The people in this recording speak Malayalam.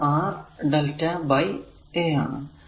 അത് R lrmΔ ബൈ a ആണ്